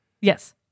Yes